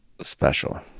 special